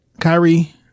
Kyrie